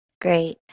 Great